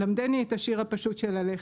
"למדני את השיר הפשוט של הלחם"